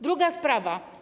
Druga sprawa.